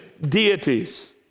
deities